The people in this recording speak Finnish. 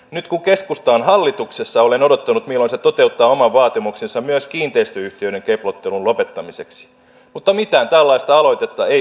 nyt kun keskusta on hallituksessa olen odottanut milloin se toteuttaa oman vaatimuksensa myös kiinteistöyhtiöiden keplottelun lopettamiseksi mutta mitään tällaista aloitetta ei ole tullut